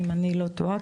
אם אני לא טועה.